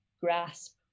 grasp